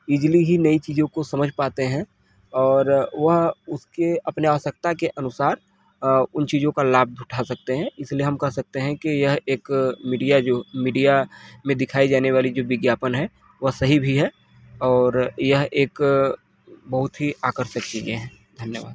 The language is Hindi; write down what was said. इजीली ही नई चीजों को समझ पाते हैं और वह उसके अपने आवश्यकता के अनुसार अ उन चीजों का लाभ उठा सकते हैं इसलिए हम कह सकते हैं कि यह एक मीडिया जो मीडिया में दिखाई जाने वाली जो विज्ञापन है वह सही भी है और यह एक अ बहुत ही आकर्षक चीजें हैं धन्यवाद